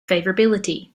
favorability